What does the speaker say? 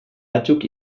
batzuk